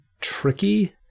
tricky